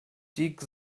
tick